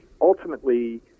ultimately